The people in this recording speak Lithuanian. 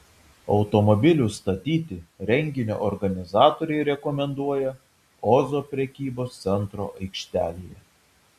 automobilius statyti renginio organizatoriai rekomenduoja ozo prekybos centro aikštelėje